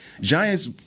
Giants